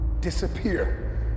Disappear